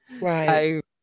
Right